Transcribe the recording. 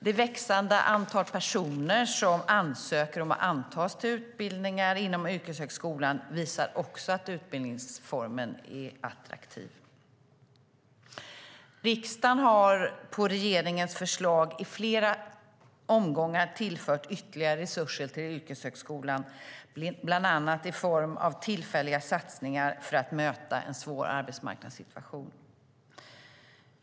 Det växande antalet personer som ansöker om att antas till utbildningar inom yrkeshögskolan visar också att utbildningsformen är attraktiv. Riksdagen har efter regeringens förslag i flera omgångar tillfört ytterligare resurser till yrkeshögskolan, bland annat i form av tillfälliga satsningar för att möta en svår arbetsmarknadssituation.